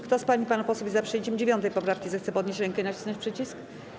Kto z pań i panów posłów jest za przyjęciem 9. poprawki, zechce podnieść rękę i nacisnąć przycisk.